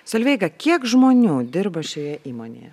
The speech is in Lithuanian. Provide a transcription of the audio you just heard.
solveiga kiek žmonių dirba šioje įmonėje